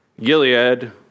Gilead